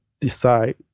decide